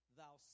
thou